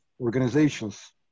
organizations